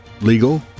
legal